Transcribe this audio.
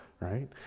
right